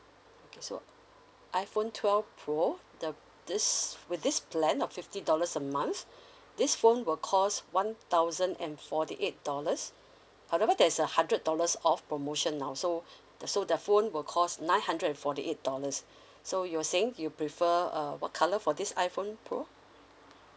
so iphone twelve pro the this with this plan of fifty dollars a month this phone will cost one thousand and forty eight dollars however there's a hundred dollars of promotion now so the so the phone will cost nine hundred and forty eight dollars so you were saying you prefer uh what colour for this iphone pro